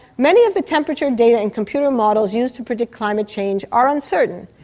many of the temperature data and computer models used to predict climate change are uncertain,